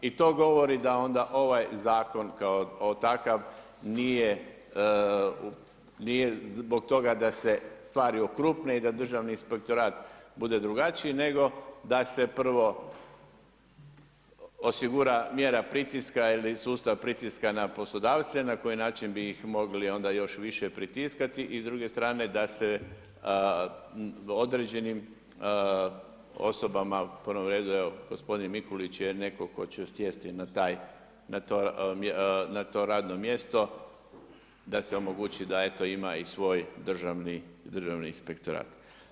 I to govori da onda ovaj zakon kao takav nije zbog toga da se stvari okrupne i da državni inspektorat bude drugačiji nego da se prvo osigura mjera pritiska ili sustav pritiska na poslodavce, na koji način bi ih mogli onda još više pritiskati i s druge strane da se određenim osobama u prvom redu, evo gospodin Mikulić je netko tko će sjesti na to radno mjesto da se omogući da eto ima svoj državni inspektorat.